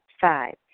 Five